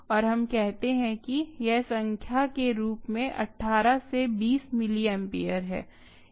और हम कहते हैं कि यह संख्या के रूप में 18 से 20 मिलिएम्पेयर है